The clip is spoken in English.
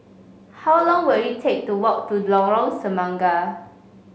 how long will it take to walk to Lorong Semangka